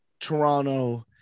Toronto